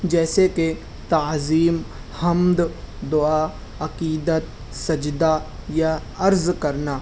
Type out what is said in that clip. جیسے کہ تعظیم حمد دُعا عقیدت سجدہ یا عرض کرنا